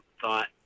thought